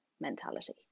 mentality